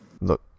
Look